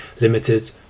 limited